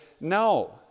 no